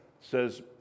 says